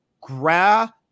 Gra